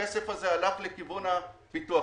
הכסף הזה הלך לכיוון הפיתוח.